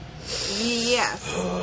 yes